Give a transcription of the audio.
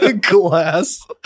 glass